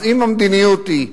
אז אם המדיניות היא: